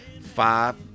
five